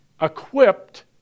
equipped